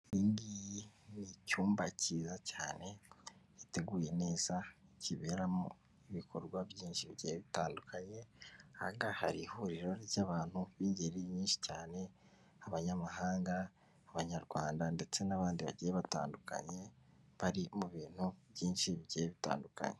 Iyi ngiyi ni icyumba cyiza cyane, giteguye neza, kiberamo ibikorwa byinshi bigiye bitandukanye, aha ngaha hari ihuriro ry'abantu b'ingeri nyinshi cyane, abanyamahanga, abanyarwanda ndetse n'abandi bagiye batandukanye, bari mu bintu byinshi bigiye bitandukanye.